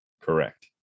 correct